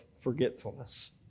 forgetfulness